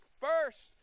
first